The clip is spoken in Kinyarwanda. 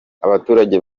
abaturage